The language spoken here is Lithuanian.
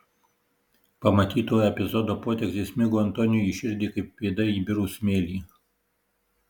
pamatyto epizodo potekstė smigo antoniui į širdį kaip pėda į birų smėlį